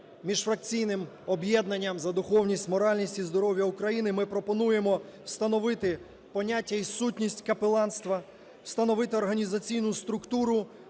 Міжфракційним об'єднанням "За духовність, моральність і здоров'я України", ми пропонуємо встановити поняття і сутністькапеланства, встановити організаційну структуру